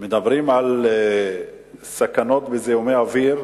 של זיהומי אוויר,